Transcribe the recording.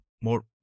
more